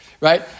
right